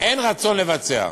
אין רצון לבצע.